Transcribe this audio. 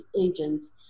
agents